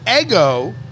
ego